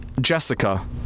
jessica